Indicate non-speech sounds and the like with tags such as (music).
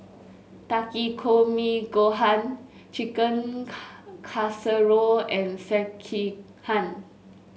Takikomi Gohan Chicken (unintelligible) Casserole and Sekihan